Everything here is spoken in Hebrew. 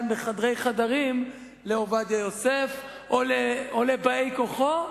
בחדרי חדרים לעובדיה יוסף או לבאי-כוחו,